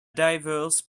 divers